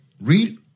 Read